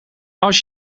als